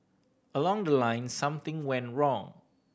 along the line something went wrong